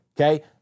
Okay